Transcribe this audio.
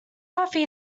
coffee